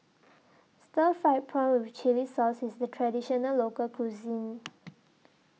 Stir Fried Prawn with Chili Sauce IS A Traditional Local Cuisine